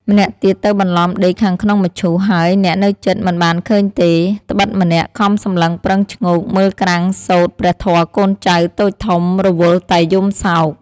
ម្នាក់ទៀតទៅបន្លំដេកខាងក្នុងមឈូសហើយអ្នកនៅជិតមិនបានឃើញទេ ដ្បិតម្នាក់"ខំសម្លឹងប្រឹងឈ្ងោកមើលក្រាំងសូត្រព្រះធម៍កូនចៅតូចធំរវល់តែយំសោក។